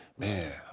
man